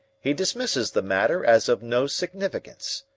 he dismisses the matter as of no significance.